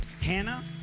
Hannah